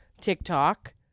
tiktok